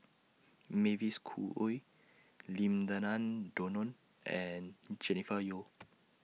Mavis Khoo Oei Lim Denan Denon and Jennifer Yeo